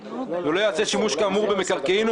ולא ייעשה שימוש כאמור במקרקעין או